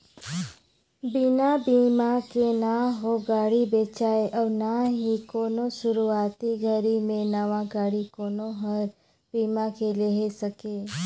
बिना बिमा के न हो गाड़ी बेचाय अउ ना ही कोनो सुरूवाती घरी मे नवा गाडी कोनो हर बीमा के लेहे सके